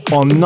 on